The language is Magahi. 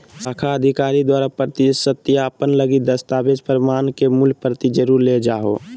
शाखा अधिकारी द्वारा प्रति सत्यापन लगी दस्तावेज़ प्रमाण के मूल प्रति जरुर ले जाहो